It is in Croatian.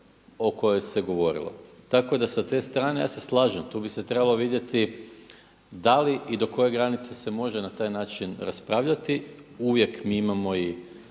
o kojoj se govorilo. Tako da sa te strane ja se slažem, tu bi se treba vidjeti da li i do koje granice se može na taj način raspravljati, uvijek mi imamo i